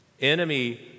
Enemy